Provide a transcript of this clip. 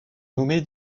nommé